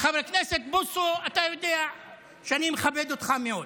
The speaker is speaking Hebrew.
חבר הכנסת בוסו, אתה יודע שאני מכבד אותך מאוד.